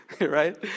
Right